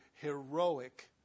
heroic